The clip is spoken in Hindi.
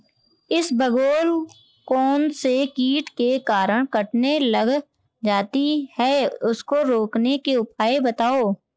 इसबगोल कौनसे कीट के कारण कटने लग जाती है उसको रोकने के उपाय बताओ?